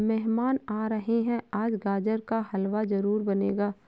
मेहमान आ रहे है, आज गाजर का हलवा जरूर बनेगा